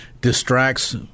distracts